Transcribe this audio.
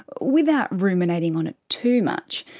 without ruminating on it too much,